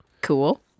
Cool